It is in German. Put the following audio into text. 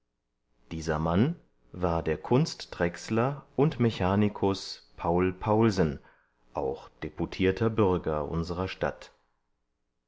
dieser mann war der kunstdrechsler und mechanikus paul paulsen auch deputierter bürger unserer stadt